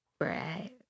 right